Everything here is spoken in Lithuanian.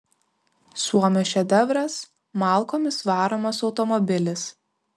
suomio šedevras malkomis varomas automobilis